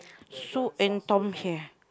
Sue and Tom here